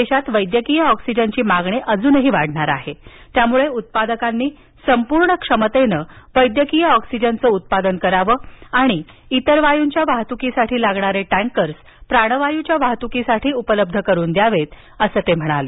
देशात वैद्यकीय ऑक्सिजनची मागणी अजूनही वाढणार आहे त्यामुळे उत्पादकांनी संपूर्ण क्षमतेनं वैद्यकीय ऑक्सिजनचं उत्पादन करावं तसंच इतर वायूंच्या वाहतुकीसाठी लागणारे टँकर्सप्राणवायूच्या वाहतुकीसाठी उपलब्ध करून द्यावेत असं ते म्हणाले